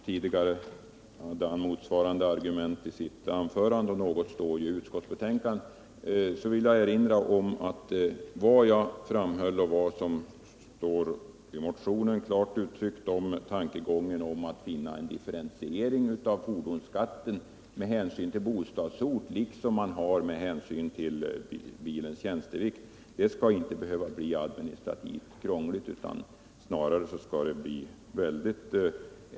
Tidigare framförde han motsvarande argument i sitt anförande, och något om detta står i utskottsbetänkandet. Jag vill då erinra om, som jag framhöll och som det står i motionen, att en differentiering av fordonsskatten med hänsyn till bostadsort, liksom man har med hänsyn till bilens tjänstevikt, inte skall behöva bli administrativt krånglig och knappast kunna missbrukas.